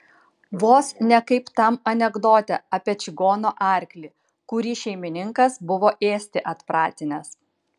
vos ne kaip tam anekdote apie čigono arklį kurį šeimininkas buvo ėsti atpratinęs